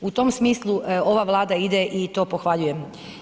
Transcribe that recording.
U tom smislu ova Vlada ide i to pohvaljujem.